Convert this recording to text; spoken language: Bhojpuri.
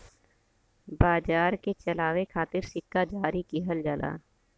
बाजार के चलावे खातिर सिक्का जारी किहल जाला